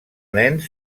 nens